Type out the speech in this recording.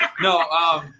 No